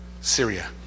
Syria